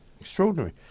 Extraordinary